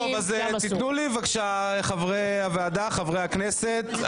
טוב, אז תיתנו לי בבקשה חברי הוועדה, חברי הכנסת.